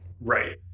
Right